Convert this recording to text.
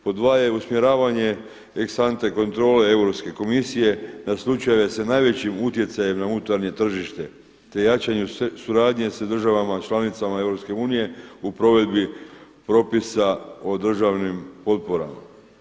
Pod 2. je usmjeravanje ex ante kontrole Europske komisije na slučajeve sa najvećim utjecajem na unutarnje tržište te jačanju suradnje sa državama članicama Europske unije u provedbi propisa o državnim potporama.